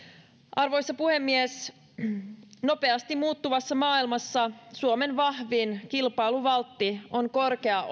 arvoisa puhemies nopeasti muuttuvassa maailmassa suomen vahvin kilpailuvaltti on korkea